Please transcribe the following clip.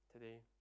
today